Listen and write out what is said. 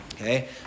Okay